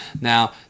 Now